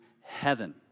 heaven